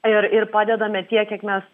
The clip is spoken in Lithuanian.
ir ir padedame tiek kiek mes